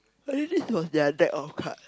but then this was their deck of card